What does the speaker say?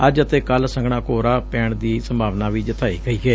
ਅੱਜ ਅਤੇ ਕੱਲ ਸੰਘਣਾ ਕੋਹਰਾ ਪੈਣ ਦੀ ਸੰਭਾਵਨਾ ਵੀ ਜਤਾਈ ਗਈ ਏ